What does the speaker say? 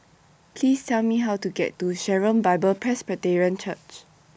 Please Tell Me How to get to Sharon Bible Presbyterian Church